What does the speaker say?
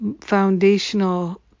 foundational